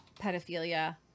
pedophilia